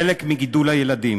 חלק מגידול הילדים,